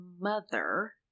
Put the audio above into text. mother